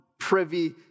privy